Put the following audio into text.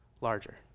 larger